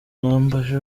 nambaje